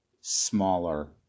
smaller